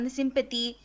sympathy